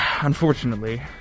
Unfortunately